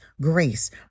grace